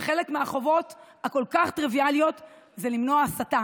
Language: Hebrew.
וחלק מהחובות הכל-כך טריוויאליות הוא למנוע הסתה